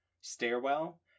stairwell